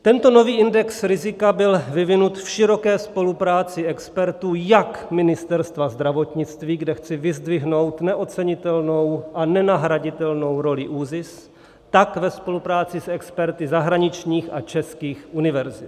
Tento nový index rizika byl vyvinut v široké spolupráci expertů jak Ministerstva zdravotnictví, kde chci vyzdvihnout neocenitelnou a nenahraditelnou roli ÚZIS, tak ve spolupráci s experty zahraničních a českých univerzit.